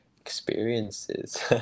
experiences